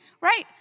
right